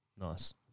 Nice